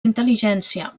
intel·ligència